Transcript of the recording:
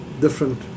different